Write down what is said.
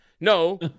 No